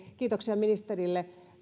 kiitoksia ministerille